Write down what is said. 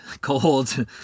cold